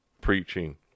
preaching